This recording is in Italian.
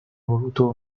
voluto